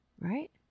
right